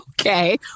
Okay